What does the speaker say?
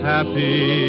Happy